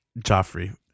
Joffrey